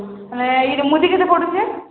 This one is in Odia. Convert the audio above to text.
ହେଲେ ଇଟା ମୁଦି କେତେ ପଡ଼ୁଛେ